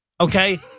okay